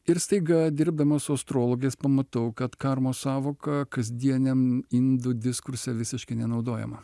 ir staiga dirbdamas su astrologais pamatau kad karmos sąvoka kasdieniam indų diskurse visiškai nenaudojama